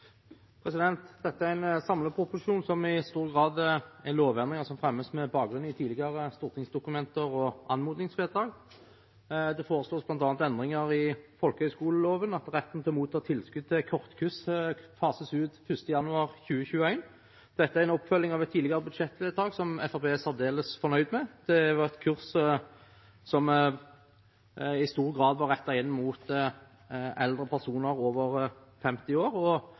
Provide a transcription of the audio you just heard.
en samleproposisjon som i stor grad er lovendringer som fremmes med bakgrunn i tidligere stortingsdokumenter og anmodningsvedtak. Det foreslås bl.a. endringer i folkehøyskoleloven, at retten til å motta tilskudd til kortkurs fases ut 1. januar 2021. Dette er en oppfølging av et tidligere budsjettvedtak som Fremskrittspartiet er særdeles fornøyd med. Dette er kurs som i stor grad har vært rettet mot eldre personer over 50 år, og